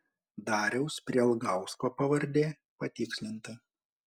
dariaus prialgausko pavardė patikslinta